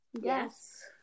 Yes